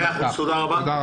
אם